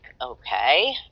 okay